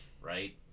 right